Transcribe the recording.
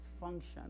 function